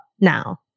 now